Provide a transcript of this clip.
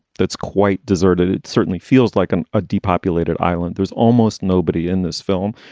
that's quite deserted. it certainly feels like a ah depopulated island. there's almost nobody in this film.